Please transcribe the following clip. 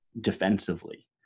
defensively